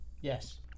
Yes